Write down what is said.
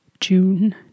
June